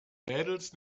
mädels